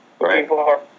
Right